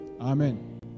Amen